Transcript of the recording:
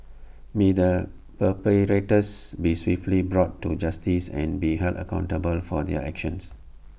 may the perpetrators be swiftly brought to justice and be held accountable for their actions